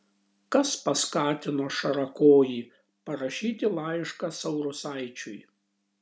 kas paskatino šarakojį parašyti laišką saurusaičiui